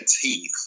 teeth